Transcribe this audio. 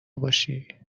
باشی